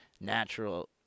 Natural